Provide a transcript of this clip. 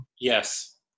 Yes